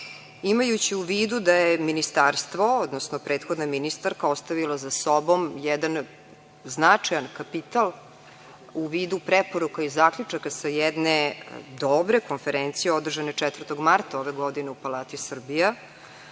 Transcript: imajući u vidu da je ministarstvo, odnosno prethodna ministarka ostavila za sobom jedan značajan kapital u vidu preporuka i zaključaka sa jedne dobre konferencije održane 4. marta ove godine u Palati Srbija,